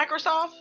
microsoft